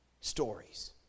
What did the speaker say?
stories